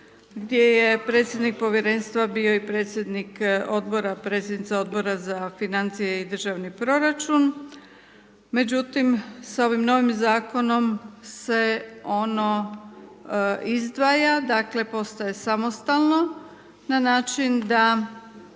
gdje je predsjednik Povjerenstva bio i predsjednik Odbora, predsjednica Odbora za financije i državni proračun. Međutim, s ovim novim Zakonom se ono izdvaja, dakle, postaje samostalno na način da